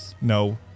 no